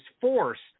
forced